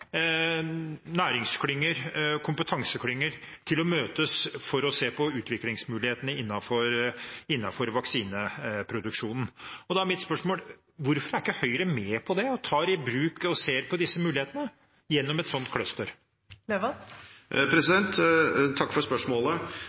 næringsklynger, kompetanseklynger, til å møtes for å se på utviklingsmulighetene innenfor vaksineproduksjonen. Og da er mitt spørsmål: Hvorfor er ikke Høyre med på å ta i bruk og se på disse mulighetene gjennom et slikt cluster? Takk for spørsmålet.